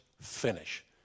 finish